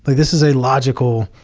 but this is a logical,